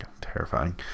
Terrifying